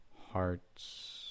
Hearts